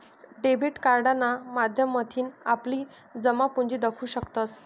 debit कार्डना माध्यमथीन आपली जमापुंजी दखु शकतंस